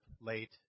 late